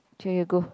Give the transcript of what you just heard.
here you go